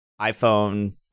iPhone